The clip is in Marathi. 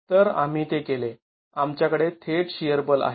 तर आम्ही ते केले आमच्याकडे थेट शिअर बल आहे